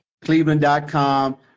cleveland.com